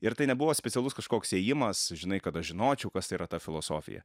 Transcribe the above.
ir tai nebuvo specialus kažkoks ėjimas žinai kad aš žinočiau kas tai yra ta filosofija